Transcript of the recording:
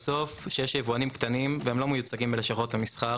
כשיש יבואנים קטנים והם לא מיוצגים בלשכות המסחר,